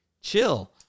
chill